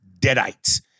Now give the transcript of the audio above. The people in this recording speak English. deadites